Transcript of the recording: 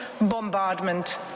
bombardment